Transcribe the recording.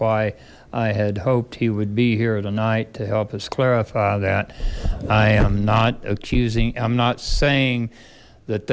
why i had hoped he would be here tonight to help us clarify that i am not accusing i'm not saying that